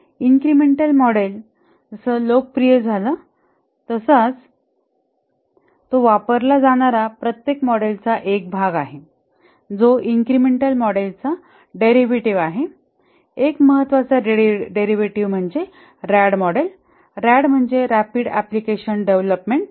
incremental model जसा लोकप्रिय झाला तसाच तो वापरला जाणारा प्रत्येक मॉडेलचा एक भाग आहे जो इन्क्रिमेंटल मॉडेलचा डेरिव्हेटिव्ह आहे एक महत्वाचा डेरिव्हेटिव्ह म्हणजे रॅड मॉडेल रॅड म्हणजे रॅपिड अँप्लिकेशन डेव्हलपमेंट